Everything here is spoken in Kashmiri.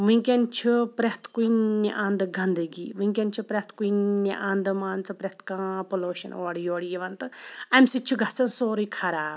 وِنکیٚن چھُ پرٮ۪تھ کُنہِ اَندٕ گَنٛدگی وِنکیٚن چھُ پرٮ۪تھ کُنہِ اَندٕ مان ژٕ پرٮ۪تھ کانٛہہ پُلوشَن اورٕ یورٕ یِوان تہٕ امہِ سۭتۍ چھُ گَژھان سورٕے خَراب